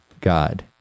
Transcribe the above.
God